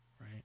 right